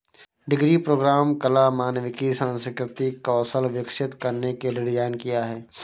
degree program कला, मानविकी, सांस्कृतिक कौशल विकसित करने के लिए डिज़ाइन किया है